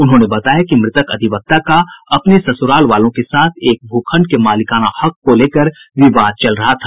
उन्होंने बताया कि मृतक अधिवक्ता का अपने सस्राल वालों के साथ एक भूखंड के मालिकाना हक को लेकर विवाद चल रहा था